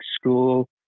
school